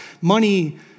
Money